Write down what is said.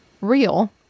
real